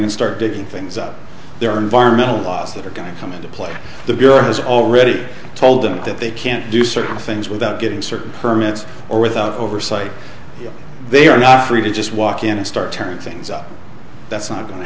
and start digging things up there are environmental laws that are going to come into play the bureau has already told them that they can't do certain things without getting certain permits or without oversight they are not free to just walk in and start turning things up that's not going to